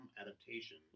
adaptation